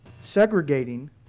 Segregating